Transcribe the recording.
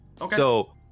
Okay